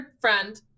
friend